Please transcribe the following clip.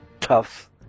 tough